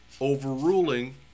overruling